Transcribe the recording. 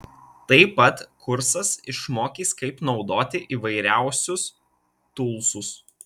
taip pat kursas išmokys kaip naudoti įvairiausius tūlsus